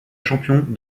champion